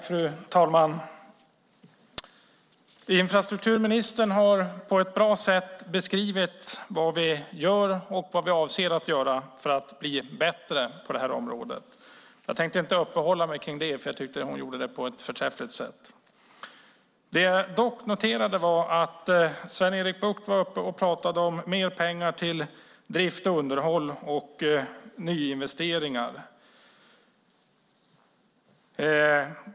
Fru talman! Infrastrukturministern har på ett bra sätt beskrivit vad vi gör och vad vi avser att göra för att bli bättre på det här området. Jag tänkte inte uppehålla mig vid det, för jag tycker att hon gjorde det på ett förträffligt sätt. Sven-Erik Bucht var uppe och talade om mer pengar till drift, underhåll och nyinvesteringar.